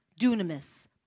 dunamis